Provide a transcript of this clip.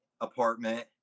apartment